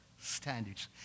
standards